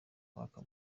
kwaka